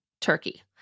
turkey